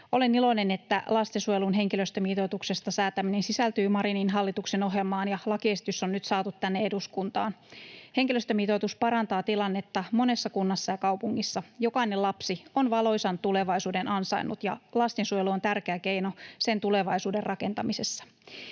Olen iloinen, että lastensuojelun henkilöstömitoituksesta säätäminen sisältyy Marinin hallituksen ohjelmaan ja lakiesitys on nyt saatu tänne eduskuntaan. Henkilöstömitoitus parantaa tilannetta monessa kunnassa ja kaupungissa. Jokainen lapsi on valoisan tulevaisuuden ansainnut, ja lastensuojelu on tärkeä keino sen tulevaisuuden rakentamisessa.